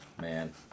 Man